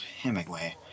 Hemingway